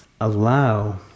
Allow